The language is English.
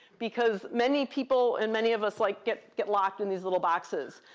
because many people and many of us like get get locked in these little boxes.